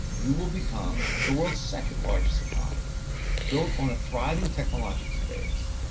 you will become the world's second largest economy built on a thriving technological base.